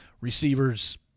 Receivers